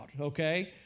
okay